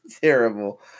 Terrible